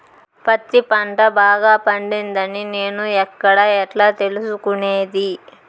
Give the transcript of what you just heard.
పత్తి పంట బాగా పండిందని నేను ఎక్కడ, ఎట్లా తెలుసుకునేది?